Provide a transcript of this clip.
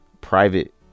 private